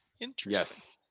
Interesting